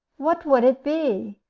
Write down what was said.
what would it be?